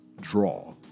draw